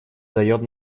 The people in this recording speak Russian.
дает